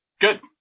Good